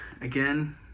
again